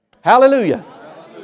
Hallelujah